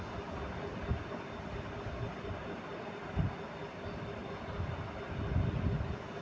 रेशम से बनै वाला कपड़ा के अंतर्राष्ट्रीय वेपार बहुत बड़ो फैलाव हुवै छै